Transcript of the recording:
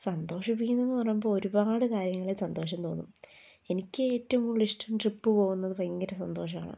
സന്തോഷിപ്പിക്കുന്നത് എന്നുപറയുമ്പോൾ ഒരുപാട് കാര്യങ്ങളിൽ സന്തോഷം തോന്നും എനിക്ക് ഏറ്റവും കൂടുതൽ ഇഷ്ടം ട്രിപ്പ് പോകുന്നത് ഭയങ്കര സന്തോഷമാണ്